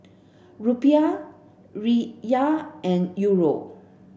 Rupiah Riyal and Euro